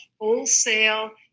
wholesale